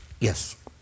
Yes